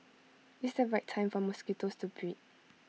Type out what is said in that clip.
it's the right time for mosquitoes to breed